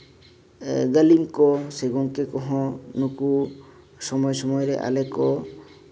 ᱜᱟᱹᱞᱤᱢ ᱠᱚ ᱥᱮ ᱜᱚᱢᱠᱮ ᱠᱚ ᱦᱚᱸ ᱱᱩᱠᱩ ᱥᱚᱢᱚᱭ ᱥᱚᱢᱚᱭ ᱨᱮ ᱟᱞᱮ ᱠᱚ